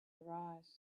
arise